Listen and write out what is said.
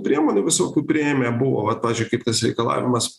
priemonių visokių priėmę buvo vat pavyzdžiui kaip tas reikalavimas